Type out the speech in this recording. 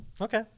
Okay